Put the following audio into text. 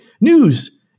news